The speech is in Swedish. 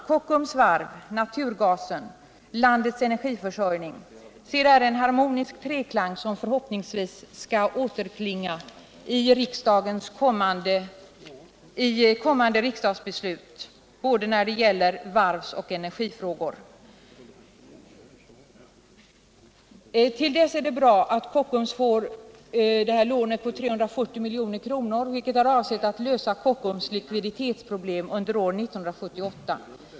Kockums varv, naturgasen, landets energiförsörjning! Se där en harmonisk treklang, som förhoppningsvis skall återklinga i kommande riksdagsbeslut både när det gäller varvsoch energifrågor. Till dess är det bra att Kockums får det föreslagna lånet på 340 milj.kr., vilket är avsett att lösa Kockums likviditetsproblem under 1978.